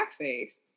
blackface